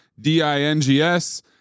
D-I-N-G-S